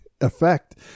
effect